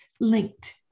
linked